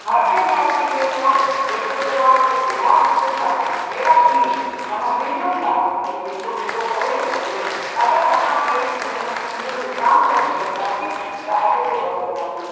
हर कंहिं ॻाल्हि में इएं चओ जेको थियो आहे सो थियो आहे मूंखे छाहे मेरा की माना मुंहिंजो छाहे वञी जेको जेको करे उन जो अगरि असां पंहिंजी जीवन में इहो सिद्धांत रखी हलंदासीं त अॻिते वधंदासीं